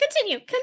Continue